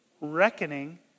reckoning